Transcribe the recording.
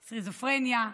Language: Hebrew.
סכיזופרניה,